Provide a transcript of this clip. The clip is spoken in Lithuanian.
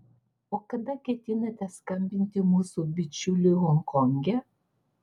o kada ketinate skambinti mūsų bičiuliui honkonge